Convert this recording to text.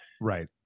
Right